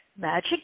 Magic